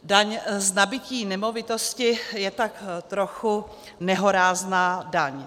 Daň z nabytí nemovitosti je tak trochu nehorázná daň.